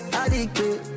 addicted